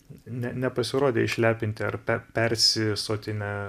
ne nepasirodė išlepinti ar per persisotinę